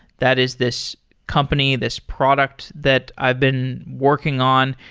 that is this company, this product that i've been working on.